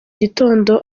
gitondo